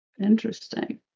Interesting